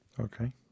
Okay